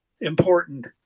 important